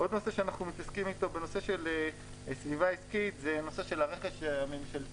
עוד נושא שאנחנו מתעסקים אתו בסביבה עסקית זה נושא הרכש הממשלתי.